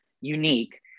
unique